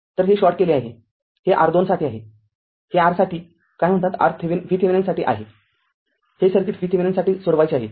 तर हे शॉर्ट केले आहे हे R२ साठी आहे आणि हे r साठी काय म्हणतात r VThevenin साठी आहे हे सर्किट VThevenin साठी सोडवायचे आहे